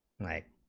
right